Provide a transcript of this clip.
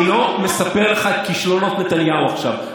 אני לא מספר את כישלונות נתניהו עכשיו.